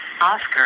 Oscar